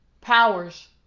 powers